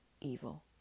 evil